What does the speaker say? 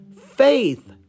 Faith